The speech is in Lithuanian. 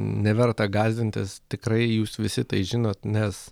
neverta gąsdintis tikrai jūs visi tai žinot nes